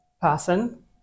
person